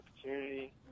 opportunity